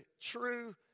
true